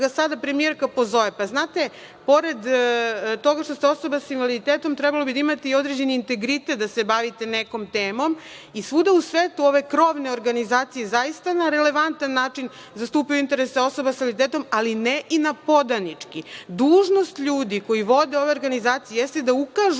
sada premijerka pozove. Pa znate, pored toga što ste osoba sa invaliditetom, trebalo bi da imate i određeni integritet da se bavite nekom temom i svuda u svetu ove krovne organizacije zaista na relevantan način zastupaju interese osoba sa invaliditetom, ali ne i na podanički. Dužnost ljudi koji vode ove organizacije jeste da ukažu